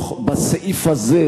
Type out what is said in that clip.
בסעיף הזה,